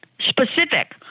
specific